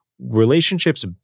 relationships